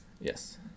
Yes